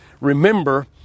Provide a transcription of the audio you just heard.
Remember